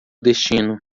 destino